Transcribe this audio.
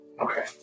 Okay